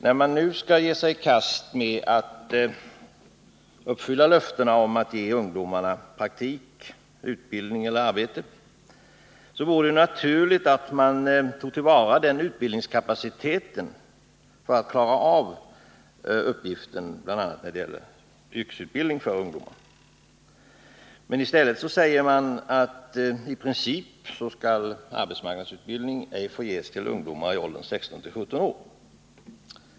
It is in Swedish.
När man nu skall ge sig i kast med uppgiften att uppfylla löftena att ge alla ungdomar praktik, utbildning eller arbete, vore det naturligt att denna utbildningskapacitet utnyttjades för att klara uppgiften, bl.a. när det gäller ungdomarnas yrkesutbildning. I stället säger man att arbetsmarknadsutbildning i princip ej skall få ges till ungdomar i åldern 16-17 år.